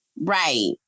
right